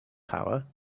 power